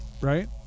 right